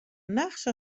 nachts